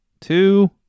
Two